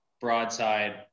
broadside